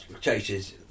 chases